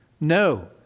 No